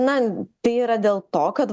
na tai yra dėl to kad